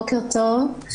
בוקר טוב.